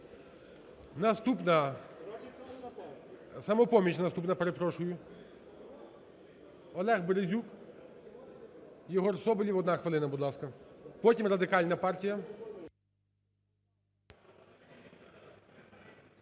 Наступна… "Самопоміч" наступна, перепрошую. Олег Березюк. Єгор Соболєв, 1 хвилина, будь ласка. Потім – Радикальна партія.